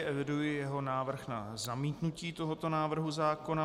Eviduji jeho návrh na zamítnutí tohoto návrhu zákona.